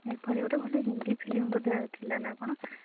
ଏଭଳି ଗୋଟେ ଭଲ ହିନ୍ଦୀ ଫିଲିମ୍ ମଧ୍ୟ ଥିଲା ନା କ'ଣ